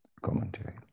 Commentary